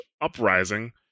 Uprising